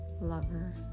lover